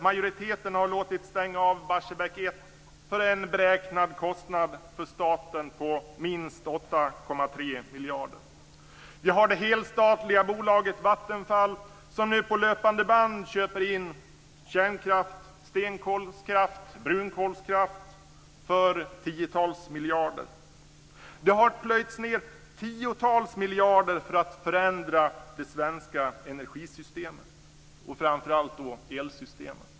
Majoriteten har låtit stänga av Barsebäck 1 för en beräknad kostnad för staten på minst 8,3 miljarder. Vi har det helstatliga bolaget Vattenfall, som nu på löpande band köper in kärnkraft, stenkolskraft och brunkolskraft för tiotals miljarder. Det har plöjts ned tiotals miljarder för att förändra det svenska energisystemet, och framför allt då elsystemet.